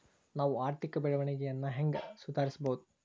ನಾವು ಆರ್ಥಿಕ ಬೆಳವಣಿಗೆಯನ್ನ ಹೆಂಗ್ ಸುಧಾರಿಸ್ಬಹುದ್?